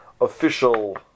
official